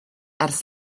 ers